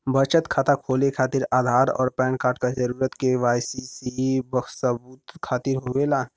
बचत खाता खोले खातिर आधार और पैनकार्ड क जरूरत के वाइ सी सबूत खातिर होवेला